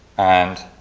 and